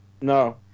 No